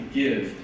give